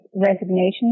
resignation